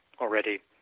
already